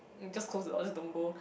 just close the door just don't go